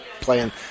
playing